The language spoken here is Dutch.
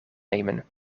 nemen